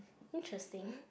interesting